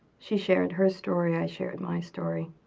she shared her story i shared my story